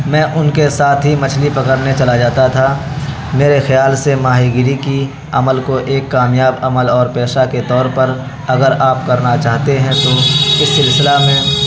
میں ان کے ساتھ ہی مچھلی پکڑنے چلا جاتا تھا میرے خیال سے ماہی گیری کی عمل کو ایک کامیاب عمل اور پیشہ کے طور پر اگر آپ کرنا چاہتے ہیں تو اس سلسلہ میں